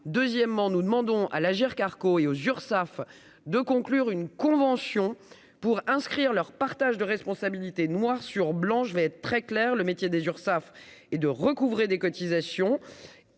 deuxièmement nous demandons à l'Agirc-Arrco et aux Urssaf de conclure une convention pour inscrire leur partage de responsabilités, noir sur blanc, je vais être très clair, le métier des Urssaf et de recouvrer des cotisations,